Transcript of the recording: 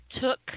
took